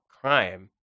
crime